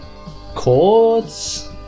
Chords